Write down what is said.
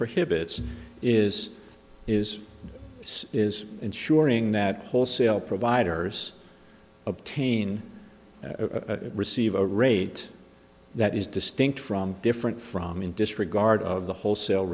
prohibits is is is ensuring that wholesale providers obtain a receive a rate that is distinct from different from in disregard of the wholesale